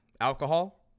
Alcohol